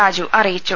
രാജു അറിയിച്ചു